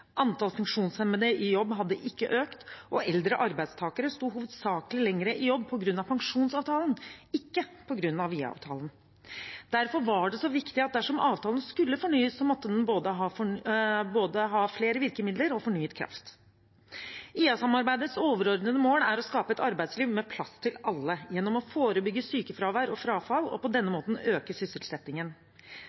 Antall funksjonshemmede i jobb hadde ikke økt, og eldre arbeidstakere sto hovedsakelig lenger i jobb på grunn av pensjonsavtalen, ikke på grunn av IA-avtalen. Derfor var det så viktig at dersom avtalen skulle fornyes, måtte den ha både flere virkemidler og fornyet kraft. IA-samarbeidets overordnede mål er å skape et arbeidsliv med plass til alle gjennom å forebygge sykefravær og frafall og på denne måten øke sysselsettingen.